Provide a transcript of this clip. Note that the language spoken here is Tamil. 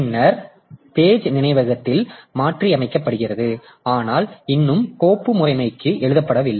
பின்னர் பேஜ் நினைவகத்தில் மாற்றியமைக்கப்படுகிறது ஆனால் இன்னும் கோப்பு முறைமைக்கு எழுதப்படவில்லை